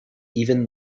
even